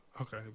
Okay